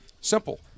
Simple